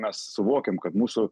mes suvokiam kad mūsų